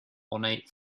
ornate